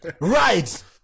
Right